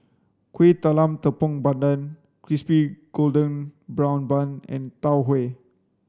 kueh talam tepong pandan crispy golden brown bun and tau huay